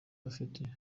afite